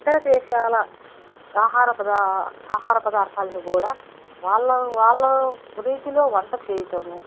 ఇతర దేశాల ఆహార పదా ఆహార పదార్థాలను కూడా వాళ్ళ వాళ్ళ రీతిలో వంట చేయటము